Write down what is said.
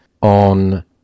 on